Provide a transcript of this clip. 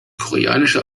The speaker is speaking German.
koreanische